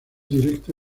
directo